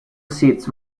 seats